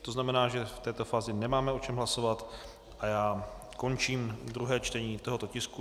To znamená, že v této fázi nemáme o čem hlasovat a já končím druhé čtení tohoto tisku.